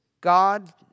God